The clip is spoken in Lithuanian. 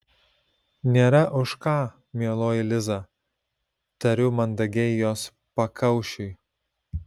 nėra už ką mieloji liza tariu mandagiai jos pakaušiui